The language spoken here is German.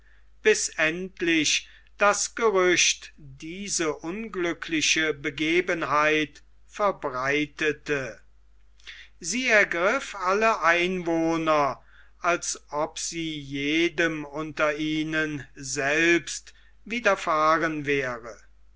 bis endlich das gerücht diese unglückliche begebenheit verbreitete sie ergriff alle einwohner als ob sie jedem unter ihnen selbst widerfahren wäre